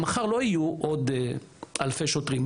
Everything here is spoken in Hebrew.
מחר לא יהיו עוד אלפי שוטרים,